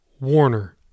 Warner